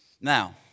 Now